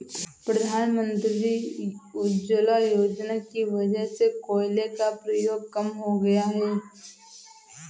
प्रधानमंत्री उज्ज्वला योजना की वजह से कोयले का प्रयोग कम हो गया है